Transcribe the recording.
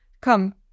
come